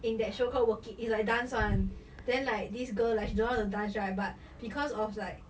in that show called work it it's like dance [one] then like this girl like she don't know how to dance right but because of like